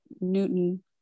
Newton